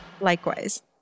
Likewise